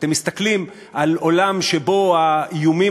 אתם מסתכלים על עולם שבו האיומים